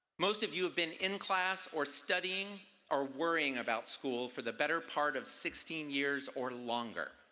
most of you have been in class or studying or worried about school for the better part of sixteen years or longer.